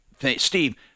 Steve